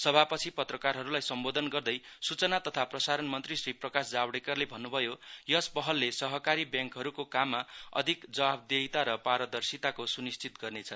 सभा पछि पत्रकारहरूलाई सम्बोधन गर्दै सूचा तथा प्रसारण मन्त्री श्री प्रकाश जावडेकरले भन्नु भयो यस पहलले सहकारी ब्याङ्कहरूको काममा अधिक जवाफदेहिता र पारदर्शिताको सुनिश्चित गर्नेछ